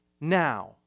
now